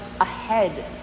ahead